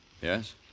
Yes